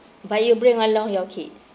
but you bring along your kids